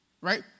Right